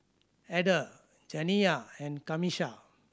Ada Janiyah and Camisha